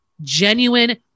genuine